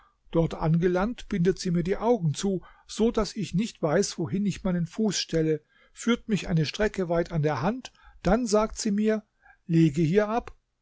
dort angelangt bindet sie mir die augen zu so daß ich nicht weiß wohin ich meinen fuß stelle führt mich eine strecke weit an der hand dann sagt sie mir lege hier ab